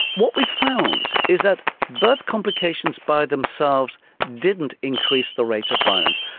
what we found is that birth complications by themselves didn't increase the rate of violence,